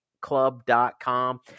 club.com